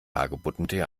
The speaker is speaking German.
hagebuttentee